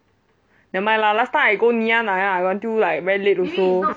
nevermind lah last time I go ngee ann ah I got until very late also